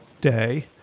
day